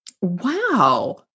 Wow